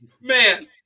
Man